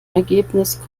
ergebnis